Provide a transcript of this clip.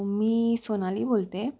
मी सोनाली बोलते